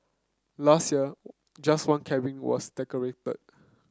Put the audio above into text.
last year just one cabin was decorated